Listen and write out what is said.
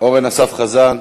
אורן אסף חזן,